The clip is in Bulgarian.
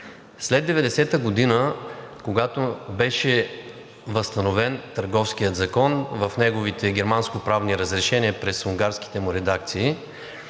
След 1990 г., когато беше възстановен Търговският закон, в неговите германско-правни разрешения през унгарските му редакции,